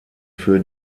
für